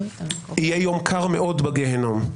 יהיה יום קר מאוד בגיהינום,